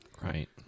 right